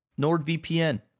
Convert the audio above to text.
nordvpn